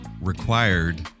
required